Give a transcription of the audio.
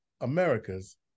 America's